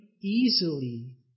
easily